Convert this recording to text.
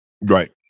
Right